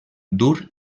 dur